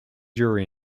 jury